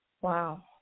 Wow